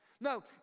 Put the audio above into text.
No